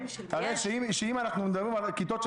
הרי אם אנחנו מדברים על כיתות של